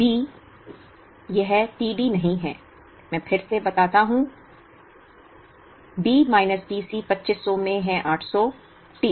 t B minus t C 2500 में है 800 T